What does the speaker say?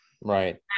Right